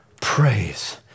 praise